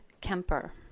Kemper